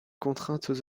contraintes